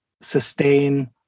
sustain